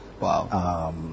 Wow